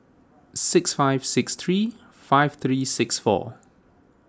six five six three five three six four